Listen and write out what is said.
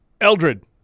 Eldred